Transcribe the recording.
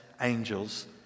angels